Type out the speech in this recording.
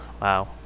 Wow